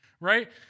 right